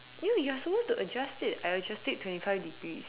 you you're supposed to adjust it I adjust it twenty five degrees